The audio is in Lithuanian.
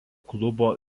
klubo